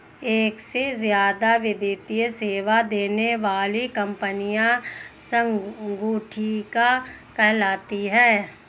एक से ज्यादा वित्तीय सेवा देने वाली कंपनियां संगुटिका कहलाती हैं